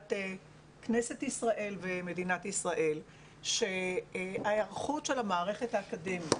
לידיעת כנסת ישראל ומדינת ישראל שההיערכות של המערכת האקדמית